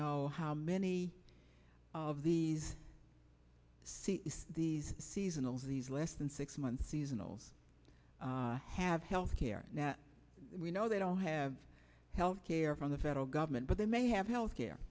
know how many of these see these seasonals these less than six months seasonal have health care now we know they don't have health care from the federal government but they may have health care